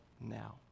now